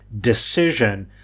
decision